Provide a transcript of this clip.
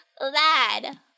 lad